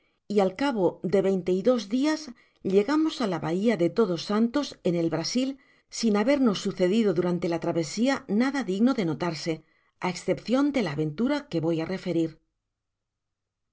y al cabo de veinte y dos dias llegamos á la bahia de todos santos el brasil sin habernos sucedido durante la travesia nada digno de notarse á escepcioti ile la aventura que voy áreferir